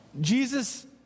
Jesus